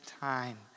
time